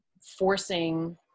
forcing